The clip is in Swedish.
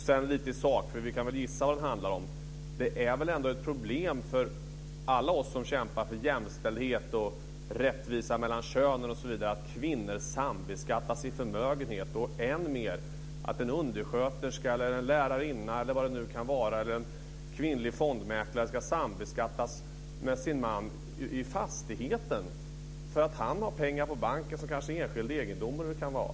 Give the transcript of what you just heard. Sedan lite i sak, för vi kan väl gissa vad den handlar om: Det är väl ändå ett problem för alla oss som kämpar för jämställdhet, rättvisa mellan könen osv. att kvinnor sambeskattas vad gäller förmögenhet och än mer att en undersköterska, en lärarinna eller en kvinnlig fondmäklare ska sambeskattas med sin man vad gäller fastigheten därför att han har pengar på banken, kanske enskilda egendomar eller vad det kan vara.